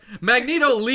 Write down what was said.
Magneto